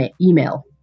email